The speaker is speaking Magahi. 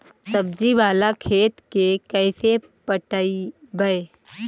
सब्जी बाला खेत के कैसे पटइबै?